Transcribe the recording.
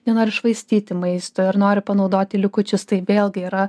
nenori švaistyti maisto ir nori panaudoti likučius tai vėlgi yra